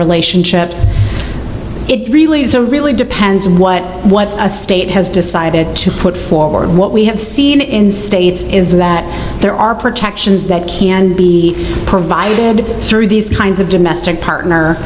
relationships it really really depends what what a state has decided to put forward what we have seen in states is that there are protections that can be provided through these kinds of domestic partner